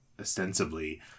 ostensibly